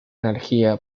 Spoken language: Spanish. energía